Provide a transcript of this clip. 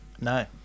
No